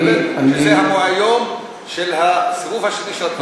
שזה היום של הסיבוב השני של הבחירות המוניציפליות?